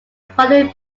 following